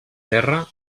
terra